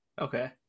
Okay